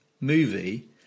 movie